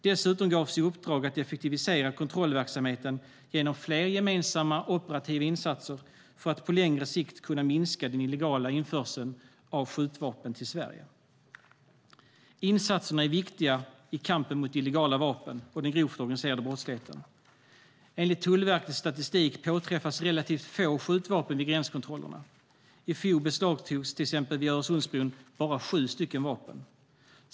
Dessutom gavs i uppdrag att effektivisera kontrollverksamheten genom fler gemensamma operativa insatser för att på längre sikt kunna minska den illegala införseln av skjutvapen till Sverige. Insatserna är viktiga i kampen mot illegala vapen och den grova organiserade brottsligheten. Enligt Tullverkets statistik påträffas relativt få skjutvapen vid gränskontrollerna. I fjol beslagtogs till exempel vid Öresundsbron bara sju vapen.